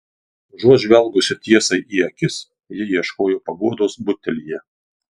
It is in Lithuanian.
užuot žvelgusi tiesai į akis ji ieškojo paguodos butelyje